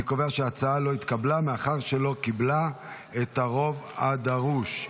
אני קובע שההצעה לא התקבלה מאחר שלא קיבלה את הרוב הדרוש.